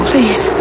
Please